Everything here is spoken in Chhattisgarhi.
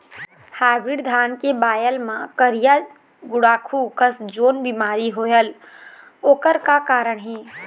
हाइब्रिड धान के बायेल मां करिया गुड़ाखू कस जोन बीमारी होएल ओकर का कारण हे?